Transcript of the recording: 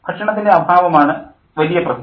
ഭക്ഷണത്തിൻ്റെ അഭാവമാണ് വലിയ പ്രശ്നം